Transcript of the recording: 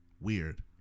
Weird